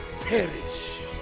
perish